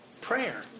Prayer